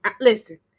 Listen